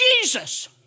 Jesus